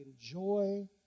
enjoy